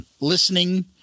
listening